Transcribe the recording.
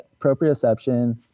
proprioception